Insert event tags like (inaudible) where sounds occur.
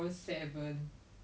(noise) that we don't have